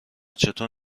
چطور